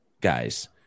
Guys